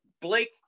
Blake